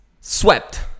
Swept